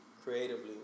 creatively